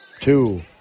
two